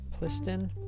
Pliston